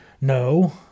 No